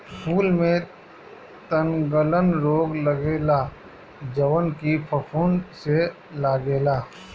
फूल में तनगलन रोग लगेला जवन की फफूंद से लागेला